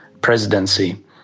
presidency